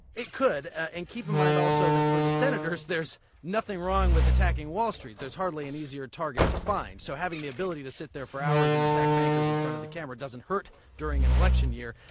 it could. and keep in mind also that for the senators there's nothing wrong with attacking wall street. there's hardly an easier target to find, so having the ability to sit there for hours and attack bankers in front of the camera doesn't hurt during an election year.